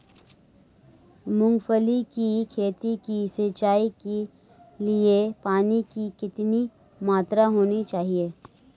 मूंगफली की खेती की सिंचाई के लिए पानी की कितनी मात्रा होनी चाहिए?